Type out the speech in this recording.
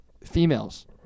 females